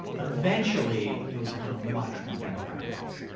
eventually, it'll become a much more democratic place,